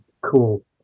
cool